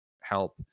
help